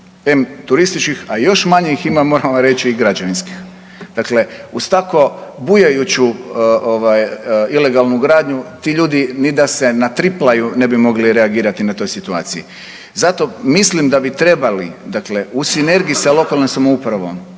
em turističkih a još manje ih ima moram vam reći i građevinskih. Dakle, uz tako bujajuću ovaj ilegalnu gradnju ti ljudi ni da se natriplaju ne bi mogli reagirati na toj situaciji. Zato mislim da bi trebali dakle, u sinergiji sa lokalnom samoupravom,